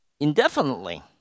indefinitely